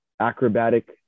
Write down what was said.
acrobatic